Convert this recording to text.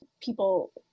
people